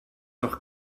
doch